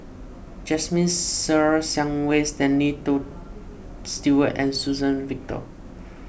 Jasmine Ser Xiang Wei Stanley Stewart and Suzann Victor